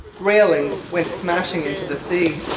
railings went smashing into the sea.